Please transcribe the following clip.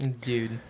Dude